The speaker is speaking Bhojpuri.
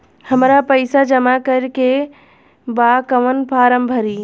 हमरा पइसा जमा करेके बा कवन फारम भरी?